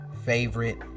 favorite